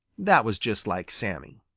that was just like sammy.